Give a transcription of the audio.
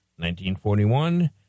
1941